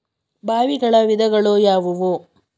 ಬಾವಿಗಳ ವಿಧಗಳು ಯಾವುವು?